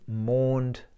mourned